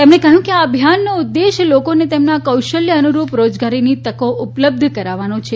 તેમણે કહ્યું કે આ અભિયાનનો ઉપદેશ લોકોને તેમના કૌશલ્ય અનુરૂપ રોજગારીની તકો ઉપલબ્ધ કરાવવાની છે